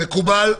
מקובל?